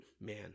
man